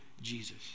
Jesus